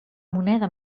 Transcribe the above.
moneda